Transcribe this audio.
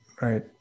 right